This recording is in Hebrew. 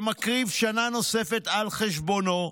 שמקריב שנה נוספת על חשבונו,